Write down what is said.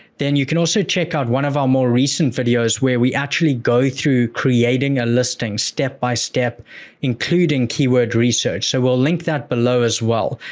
then you can also check out one of our more recent videos where we actually go through creating a listing step-by-step including keyword research. so, we'll link that below as well,